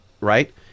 right